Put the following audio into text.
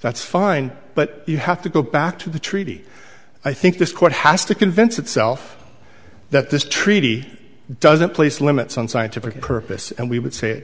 that's fine but you have to go back to the treaty i think this court has to convince itself that this treaty doesn't place limits on scientific purpose and we would say